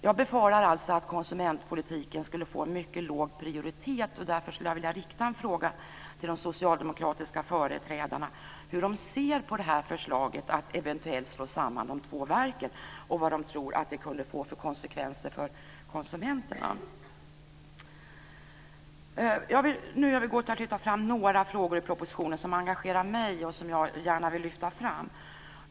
Jag befarar alltså att konsumentpolitiken skulle få en mycket låg prioritet, och därför skulle jag vilja rikta en fråga till de socialdemokratiska företrädarna om hur de ser på förslaget att eventuellt slå samman de två verken och vad de tror att det kan få för konsekvenser för konsumenterna. Jag vill nu övergå till att lyfta fram några frågor i propositionen som engagerar mig och som jag gärna vill lyfta fram.